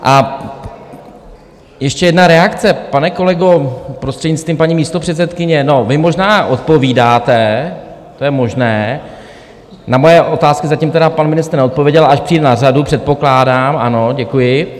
A ještě jedna reakce, pane kolego, prostřednictvím paní místopředsedkyně: no vy možná odpovídáte, to je možné, na moje otázky zatím tedy pan ministr neodpověděl až přijde na řadu, předpokládám, ano, děkuji.